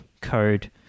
code